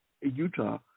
Utah